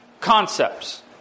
concepts